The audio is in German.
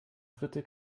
dritte